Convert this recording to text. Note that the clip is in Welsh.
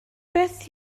beth